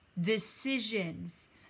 decisions